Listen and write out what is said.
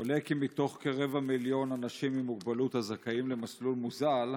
עולה כי מתוך כרבע מיליון אנשים עם מוגבלות הזכאים למסלול מוזל,